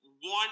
one